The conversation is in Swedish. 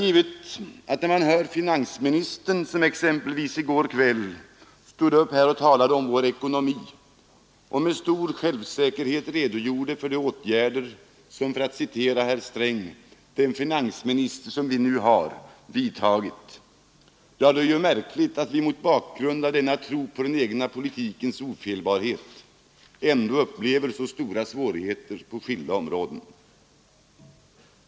När man hör finansministern, som i går kväll, stå upp och tala om vår ekonomi och med stor självsäkerhet redogöra för de åtgärder som vidtagits av — för att citera herr Sträng — ”den finansminister som vi har nu”, är det ju märkligt att vi mot bakgrund av denna tro på den egna politikens ofelbarhet ändå upplever så stora svårigheter på skilda områden.